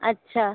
अच्छा